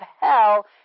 hell